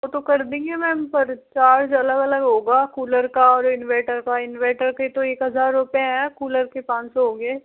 वो तो कर देंगे मैम पर चार्ज अलग अलग होगा कूलर का और इन्वर्टर का इन्वर्टर के तो एक हज़ार होते हैं कूलर के पाँच सौ होंगे